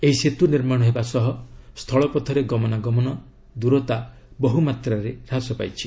ଏହି ସେତୁ ନିର୍ମାଣ ହେବା ସହ ସ୍ଥଳ ପଥରେ ଗମନାଗମନ ଦୂରତା ବହୁମାତ୍ରାରେ ହ୍ରାସ ପାଇଛି